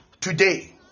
today